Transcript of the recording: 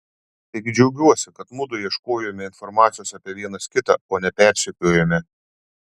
taigi džiaugiuosi kad mudu ieškojome informacijos apie vienas kitą o ne persekiojome